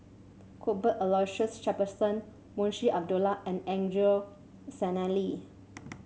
Cuthbert Aloysius Shepherdson Munshi Abdullah and Angelo Sanelli